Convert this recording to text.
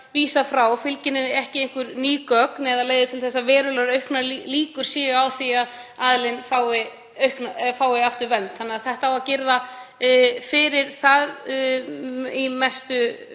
fylgi henni ekki einhver ný gögn sem leiða til þess að verulegar auknar líkur séu á því að aðilinn fái aftur vernd. Þannig að þetta á að girða fyrir það að mestu